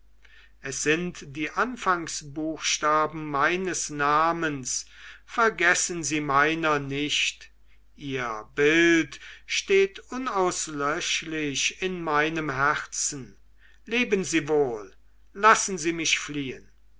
es sind die anfangsbuchstaben meines namens vergessen sie meiner nicht ihr bild steht unauslöschlich in meinem herzen leben sie wohl lassen sie mich fliehen